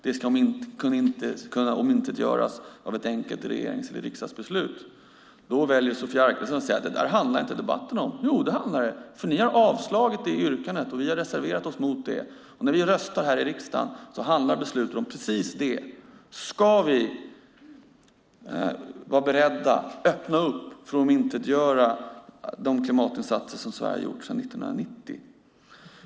Det ska inte kunna omintetgöras av ett enkelt regerings eller riksdagsbeslut. Då väljer Sofia Arkelsten att säga: Det där handlar inte debatten om. Jo, det gör den, för ni har avstyrkt vårt yrkande och vi har reserverat oss mot det. När vi röstar här i riksdagen handlar beslutet om precis det. Ska vi vara beredda att öppna för ett omintetgörande av de klimatinsatser som Sverige har gjort sedan 1990?